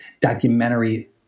documentary